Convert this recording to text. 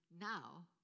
now